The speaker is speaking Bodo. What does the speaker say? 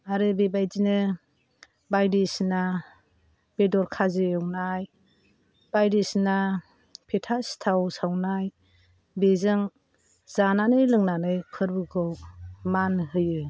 आरो बेबादिनो बायदिसिना बेदर खाजि एवनाय बायदिसिना फिथा सिथाव सावनाय बेजों जानानै लोंनानै फोरबोखौ मान होयो